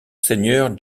seigneur